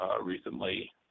recently